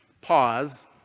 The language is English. Pause